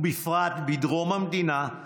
ובפרט בדרום המדינה,